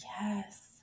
Yes